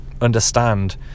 understand